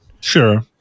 Sure